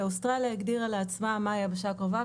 ואוסטרליה הגדירה לעצמה מה היבשה הקרובה,